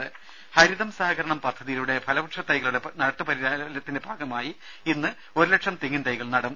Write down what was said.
ദേദ ഹരിതം സഹകരണം പദ്ധതിയിലൂടെ ഫലവ്യക്ഷത്തൈകളുടെ നട്ടുപരിപാലനത്തിന്റെ ഭാഗമായി ഇന്ന് ഒരു ലക്ഷം തെങ്ങിൻതൈകൾ നടും